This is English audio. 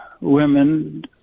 women